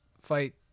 fight